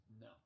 No